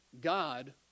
God